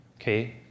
Okay